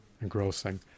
engrossing